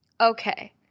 Okay